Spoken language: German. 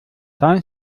dein